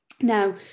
Now